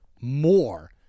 more